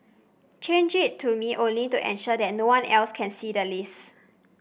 change it to me only to ensure that no one else can see the list